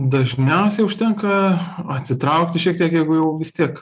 dažniausiai užtenka atsitraukti šiek tiek jeigu jau vis tiek